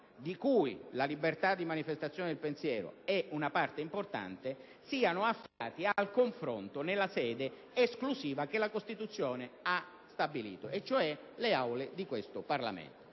di cui la libertà di manifestazione del pensiero è una parte importante - sia affidato al confronto nella sede esclusiva che la Costituzione ha stabilito, cioè le Aule di questo Parlamento.